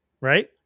right